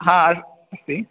हा अस्ति